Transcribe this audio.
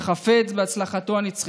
וחפץ בהצלחתו הנצחית,